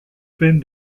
peine